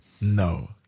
No